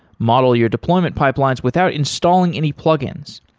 model your deployment pipelines without installing any plugins.